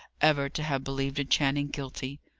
ever to have believed a channing guilty.